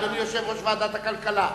אדוני יושב-ראש ועדת הכלכלה,